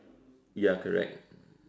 ya correct